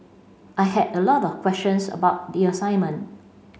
I had a lot of questions about the assignment